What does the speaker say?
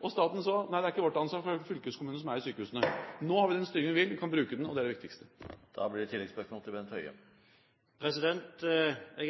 Og staten sa: Nei, det er ikke vårt ansvar, for det er fylkeskommunene som eier sykehusene. Nå har vi den styringen vi vil. Vi kan bruke den. Og det er det viktigste. Jeg